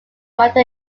matter